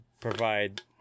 provide